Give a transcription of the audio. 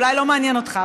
אולי זה לא מעניין אותך,